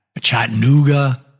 chattanooga